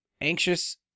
anxious